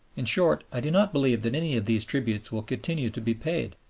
in short, i do not believe that any of these tributes will continue to be paid,